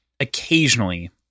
occasionally